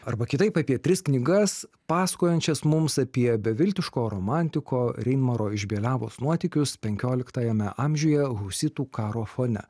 arba kitaip apie tris knygas pasakojančias mums apie beviltiško romantiko reinmaro iš beliavos nuotykius penkioliktajame amžiuje husitų karo fone